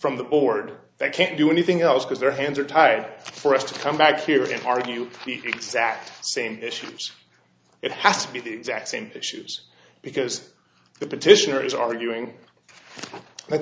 from the board that can't do anything else because their hands are tied for us to come back here and argue the exact same issues it has to be the exact same issues because the petitioner is arguing